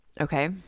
Okay